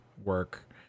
work